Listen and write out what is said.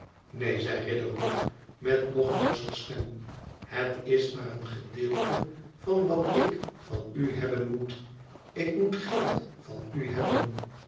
neen zei riderhood met nog forscher stem het is maar een gedeelte van wat ik van u hebben moet ik moet geld van u hebben